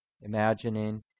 imagining